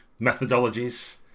methodologies